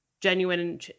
genuine